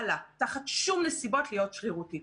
אל לה תחת שום נסיבות להיות שרירותית.